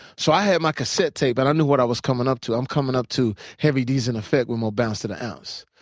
so i have my cassette tape and i knew what i was coming up to. i'm coming up to heavy d's in effect with more bounce to the ounce.